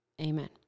amen